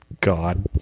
God